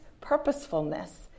purposefulness